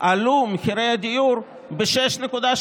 עלו מחירי הדיור ב-6.3%,